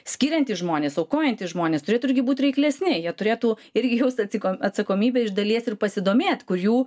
skiriantys žmonės aukojantys žmonės turėtų irgi būti reiklesni jie turėtų irgi jaust atsiko atsakomybę iš dalies ir pasidomėt kur jų